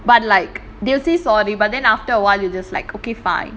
but like they'll sorry but then after a while you're just like okay fine